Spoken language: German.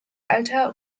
alter